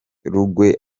rugwe